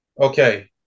Okay